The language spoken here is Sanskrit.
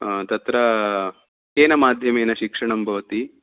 तत्र केन माध्यमेण शिक्षणं भवति